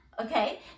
okay